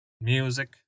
Music